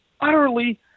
utterly